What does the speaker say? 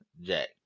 Jack